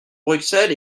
bruxelles